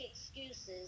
excuses